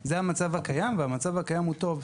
זהו המצב הקיים; הוא טוב וברור,